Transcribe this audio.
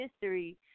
history